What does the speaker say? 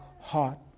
heart